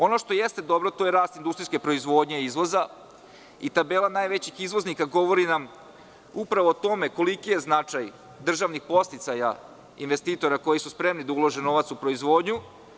Ono što je dobro jeste rast industrijske proizvodnje, izvoza i tabela najvećeg izvoznika govori nam upravo o tome koliki je značaj državnih podsticaja i investitora koji su spremni da ulože novac u proizvodnju.